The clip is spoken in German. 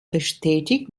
bestätigt